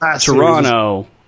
Toronto